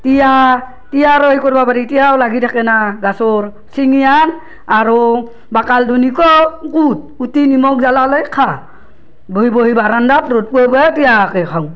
তিয়াঁহ তিয়াঁহৰো সেই কৰিব পাৰি তিয়াঁহো লাগি থাকেন গছৰ চিঙি আন আৰো বাকলি দুনি কোট কুট কুটি নিমখ জলা লৈ খা বহি বহি বাৰান্দাত ৰ'দ পুৱাই পুৱাই তিয়াঁহকে খাওঁ